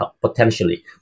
potentially